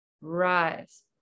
Rise